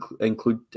include